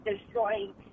destroying